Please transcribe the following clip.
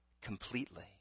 completely